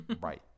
Right